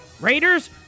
Raiders